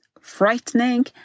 frightening